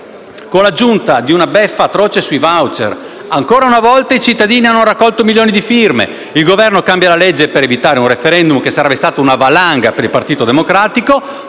con l'aggiunta di una beffa atroce sui *voucher*: ancora una volta, i cittadini hanno raccolto milioni di firme, ma il Governo ha cambiato la legge, per evitare un *referendum* che sarebbe stato una valanga per il Partito Democratico